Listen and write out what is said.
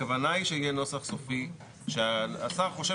הכוונה היא שיהיה נוסח סופי שהשר חושב